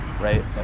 right